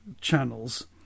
channels